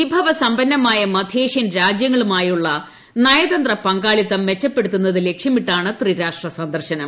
വിഭവസമ്പന്നമായ മദ്ധ്യേഷ്യൻ രാജ്യങ്ങളുമായുള്ള നയതന്ത്ര പങ്കാളിത്തം മെച്ചപ്പെടുത്തുന്നതു ലക്ഷ്യമിട്ടാണ് ത്രിരാഷ്ട്ര സന്ദർശനം